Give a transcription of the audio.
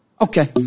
Okay